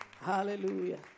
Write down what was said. Hallelujah